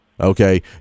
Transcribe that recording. Okay